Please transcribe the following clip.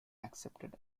accepted